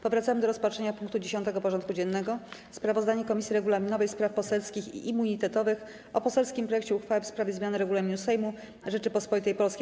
Powracamy do rozpatrzenia punktu 10. porządku dziennego: Sprawozdanie Komisji Regulaminowej, Spraw Poselskich i Immunitetowych o poselskim projekcie uchwały w sprawie zmiany Regulaminu Sejmu Rzeczypospolitej Polskiej.